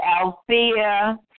Althea